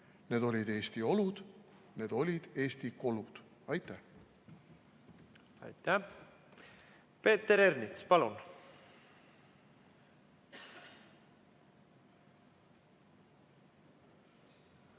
"Need olid Eesti kolud. / Need olid Eesti olud." Aitäh! Aitäh! Peeter Ernits, palun!